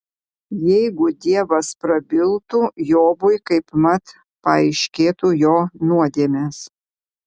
jeigu dievas prabiltų jobui kaipmat paaiškėtų jo nuodėmės